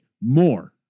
more